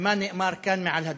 ומה נאמר כאן מעל הדוכן.